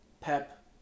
Pep